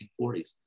1940s